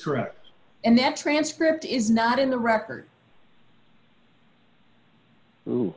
correct and that transcript is not in the record